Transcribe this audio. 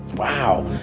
wow